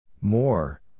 More